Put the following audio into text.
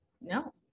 no